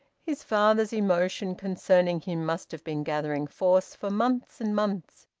his father's emotion concerning him must have been gathering force for months and months,